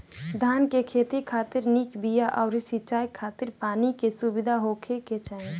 धान के खेती खातिर निक बिया अउरी सिंचाई खातिर पानी के सुविधा होखे के चाही